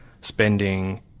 spending